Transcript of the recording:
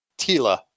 Tila